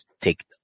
take